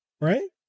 right